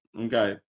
Okay